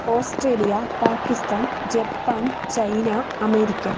Australia Pakistan Japan China America